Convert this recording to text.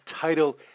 title